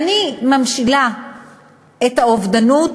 ואני ממשילה את האובדנות